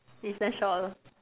instant shawl